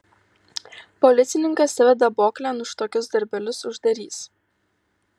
policininkas tave daboklėn už tokius darbelius uždarys